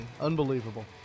Unbelievable